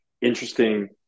interesting